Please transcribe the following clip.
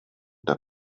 der